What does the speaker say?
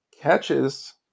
catches